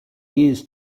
years